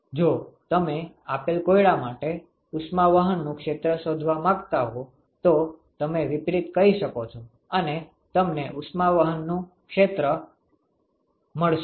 જો તમે આપેલ કોયડા માટે ઉષ્માવહનનું ક્ષેત્ર શોધવા માંગતા હો તો તમે વિપરીત કરી શકો છો અને તમને ઉષ્માવહનનું ક્ષેત્ર મળશે